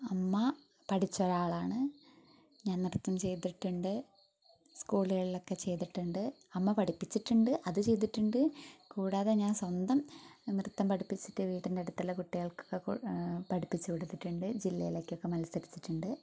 അമ്മ പഠിച്ച ഒരാളാണ് ഞാൻ നൃത്തം ചെയ്തിട്ടുണ്ട് സ്കൂളിലുകളിലൊക്കെ ചെയ്തിട്ടുണ്ട് അമ്മ പഠിപ്പിച്ചിട്ടുണ്ട് അത് ചെയ്തിട്ടുണ്ട് കൂടാതെ ഞാൻ സ്വന്തം നൃത്തം പഠിപ്പിച്ചിട്ട് വീട്ടിൻ്റെ അടുത്തുള്ള കുട്ടികൾക്കൊക്കെ പഠിപ്പിച്ചു കൊടുത്തിട്ടുണ്ട് ജില്ലയിലേക്കൊക്കെ മത്സരിച്ചിട്ടുണ്ട്